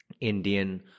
Indian